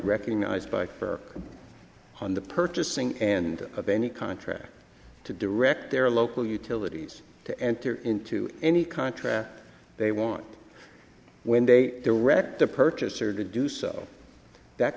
recognized by her on the purchasing and of any contract to direct their local utilities to enter into any contract they want when they direct the purchaser to do so that